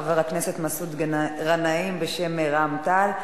חבר הכנסת מסעוד גנאים בשם רע"ם-תע"ל.